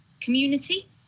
community